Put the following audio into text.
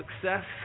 success